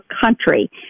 country